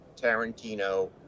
tarantino